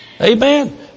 Amen